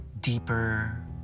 deeper